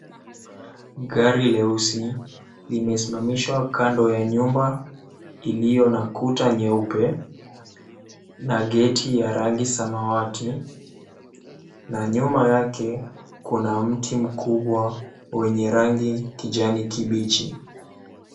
Gari leusi limesimamishwa kando ya nyumba iliyo na kuta nyeupe na geti ya rangi samawati na nyuma yake kuna mti mkubwa wenye rangi kijani kibichi.